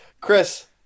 Chris